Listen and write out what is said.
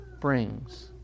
brings